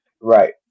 right